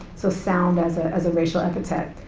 so sound as ah as a racial epithet.